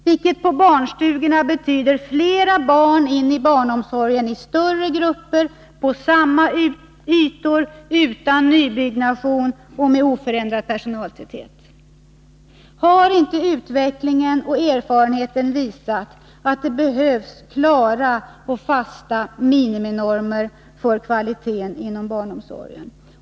Dessa fraser betyder fler barn in i barnomsorgen i större grupper, på samma ytor, utan nybyggnation och med oförändrad personaltäthet. Har inte utvecklingen och erfarenheten visat att det behövs klara och fasta miniminormer för kvaliteten inom barnomsorgen?